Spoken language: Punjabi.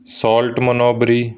ਸੋਲਟ ਮਨੋਬਰੀ